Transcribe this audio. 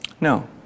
No